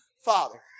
Father